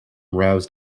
roused